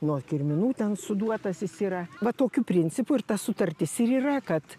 nuo kirminų ten suduotas jis yra va tokiu principu ir ta sutartis ir yra kad